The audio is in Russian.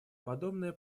подобное